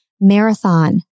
marathon